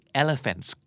elephants